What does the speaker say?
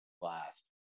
blast